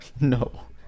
No